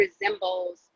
resembles